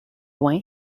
loin